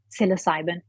psilocybin